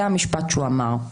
זה המשפט שהוא אמר: